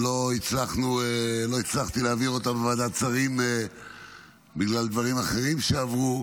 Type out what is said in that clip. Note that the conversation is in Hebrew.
לא הצלחתי להעביר אותה בוועדת שרים בגלל דברים אחרים שעברו,